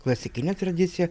klasikine tradicija